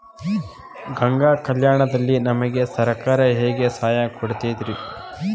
ಗಂಗಾ ಕಲ್ಯಾಣ ದಲ್ಲಿ ನಮಗೆ ಸರಕಾರ ಹೆಂಗ್ ಸಹಾಯ ಕೊಡುತೈತ್ರಿ?